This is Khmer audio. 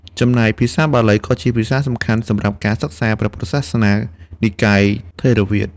ចំណែកភាសាបាលី ក៏ជាភាសាសំខាន់សម្រាប់ការសិក្សាព្រះពុទ្ធសាសនានិកាយថេរវាទ។